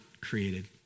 created